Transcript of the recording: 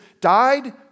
died